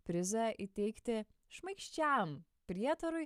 prizą įteikti šmaikščiam prietarui